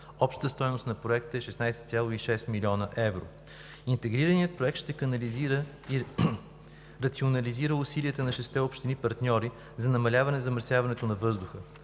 Общата стойност на Проекта е 16,6 млн. евро. Интегрираният проект ще канализира и рационализира усилията на шестте общини-партньори за намаляване замърсяването на въздуха.